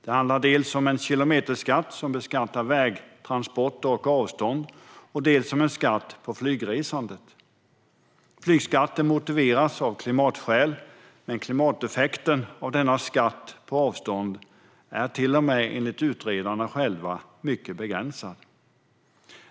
Det handlar dels om en kilometerskatt som beskattar vägtransporter och avstånd, dels om en skatt på flygresandet. Flygskatten motiveras av klimatskäl, men klimateffekten av denna skatt på avstånd är - till och med enligt utredarna själva - mycket begränsad.